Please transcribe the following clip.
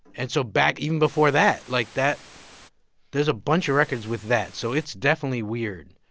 and so back even before that, like, that there's a bunch of records with that, so it's definitely weird.